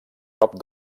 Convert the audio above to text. prop